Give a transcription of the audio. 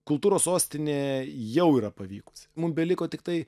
kultūros sostinė jau yra pavykusi mum beliko tiktai